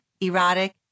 erotic